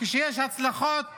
כשיש הצלחות